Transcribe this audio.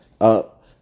up